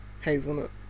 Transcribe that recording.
hazelnut